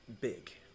Big